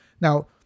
Now